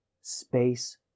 space